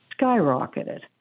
skyrocketed